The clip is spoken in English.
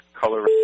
color